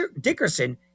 Dickerson